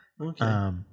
Okay